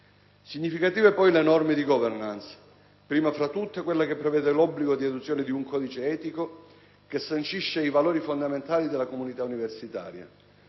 significative, poi, le norme di *governance*: prima fra tutte, quella che prevede l'obbligo di adozione di un codice etico che sancisce i valori fondamentali della comunità universitaria,